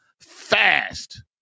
Fast